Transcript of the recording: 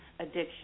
addiction